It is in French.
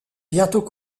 bientôt